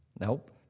Nope